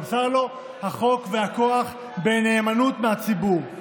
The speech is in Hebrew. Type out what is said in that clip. נמסר להם החוק והכוח בנאמנות מהציבור.